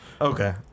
Okay